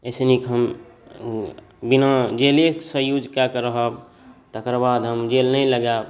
एहिसँ नीक हम बिना जेलेके यूज कऽ कऽ रहब तकर बाद हम जेल नहि लगाएब